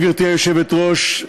גברתי היושבת-ראש,